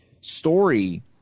story